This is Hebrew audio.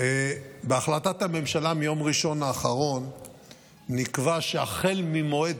בהחלטת הממשלה מיום ראשון האחרון נקבע שממועד